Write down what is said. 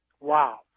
Wow